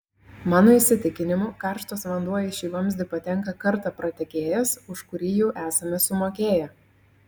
mano įsitikinimu karštas vanduo į šį vamzdį patenka kartą pratekėjęs už kurį jau esame sumokėję